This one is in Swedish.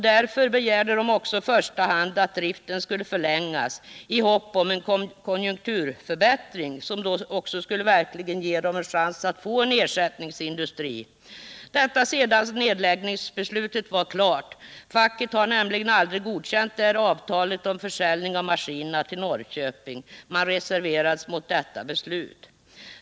Därför begärde de också i första hand att driften skulle förlängas i hopp om en konjunkturförbättring, som då verkligen skulle ge dem en chans att få en ersättningsindustri — detta sedan nedläggningsbeslutet var klart. Facket har nämligen aldrig godkänt avtalet om försäljning av maskinerna till Norrköping. Man reserverade sig mot det beslutet.